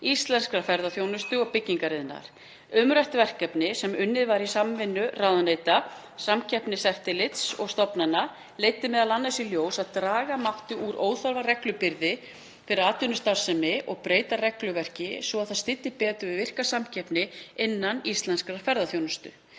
íslenskrar ferðaþjónustu og byggingariðnaðar. Umrætt verkefni, sem unnið var í samvinnu ráðuneyta, Samkeppniseftirlitsins og stofnana, leiddi m.a. í ljós að draga mátti úr óþarfa reglubyrði fyrir atvinnustarfsemi og breyta regluverki svo það styddi betur við virka samkeppni innan íslenskrar ferðaþjónustu.